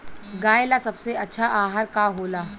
गाय ला सबसे अच्छा आहार का होला?